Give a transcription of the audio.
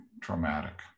traumatic